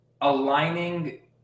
aligning